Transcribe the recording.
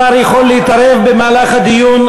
שר יכול להתערב במהלך הדיון,